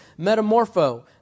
metamorpho